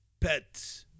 Pets